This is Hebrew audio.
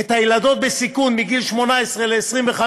את גיל הנערות בסיכון מ-18 ל-25,